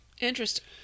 Interesting